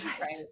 right